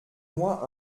moi